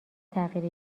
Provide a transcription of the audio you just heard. تغییر